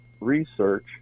research